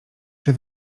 czy